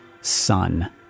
Sun